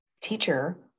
teacher